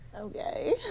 Okay